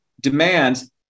demands